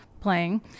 playing